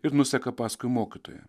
ir nuseka paskui mokytoją